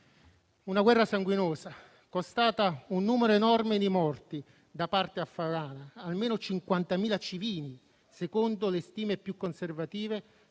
una guerra sanguinosa, costata un numero enorme di morti da parte afgana: almeno 50.000 civili, secondo le stime più conservative,